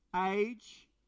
age